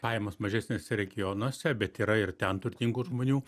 pajamos mažesniuose regionuose bet yra ir ten turtingų žmonių